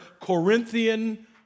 Corinthian